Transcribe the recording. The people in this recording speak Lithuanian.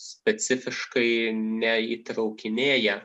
specifiškai neįtraukinėja